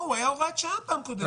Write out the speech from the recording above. לא, הוא היה הוראת שעה בפעם הקודמת.